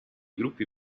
gruppi